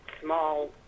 small